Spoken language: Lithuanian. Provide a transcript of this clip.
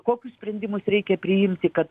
kokius sprendimus reikia priimti kad